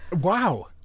Wow